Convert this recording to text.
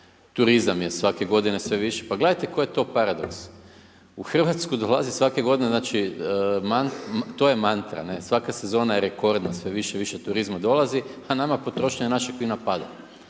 turizam je svake godine sve više. Pa gledajte koji je to paradoks. U Hrvatsku dolazi, znači to je mantra, svaka sezona je rekordna, sve više i više turizma dolazi a nama potrošnja našeg vina pada.